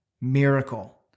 miracle